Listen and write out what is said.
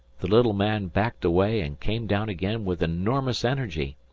the little man backed away and came down again with enormous energy,